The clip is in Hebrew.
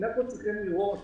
אנחנו צריכים לראות